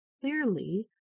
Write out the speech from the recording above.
clearly